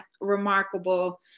remarkable